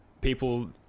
people